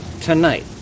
tonight